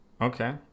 Okay